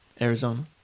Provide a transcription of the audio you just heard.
Arizona